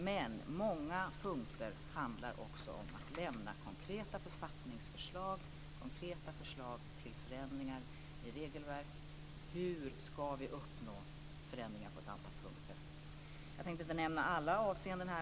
Men många punkter handlar också om att lämna konkreta författningsförslag, konkreta förslag till förändringar i regelverk och hur vi ska uppnå förändringar på ett antal punkter. Jag tänker här inte nämna alla avseenden.